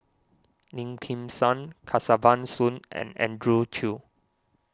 Lim Kim San Kesavan Soon and Andrew Chew